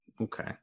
Okay